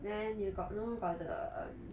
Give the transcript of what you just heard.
then you got no got the